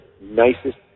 nicest